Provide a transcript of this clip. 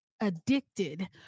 addicted